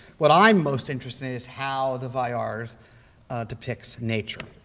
what i'm most interested in is how the vallard depicts nature.